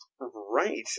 Right